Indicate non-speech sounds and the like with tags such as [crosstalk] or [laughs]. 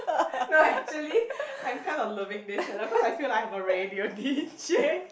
[laughs] no actually I'm kind of loving this set lah cause I feel like I have a radio D_J